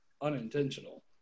unintentional